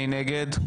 מי נגד?